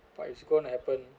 what is gonna happen